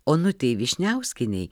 onutei vyšniauskienei